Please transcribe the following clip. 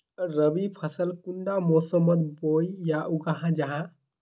रवि फसल कुंडा मोसमोत बोई या उगाहा जाहा?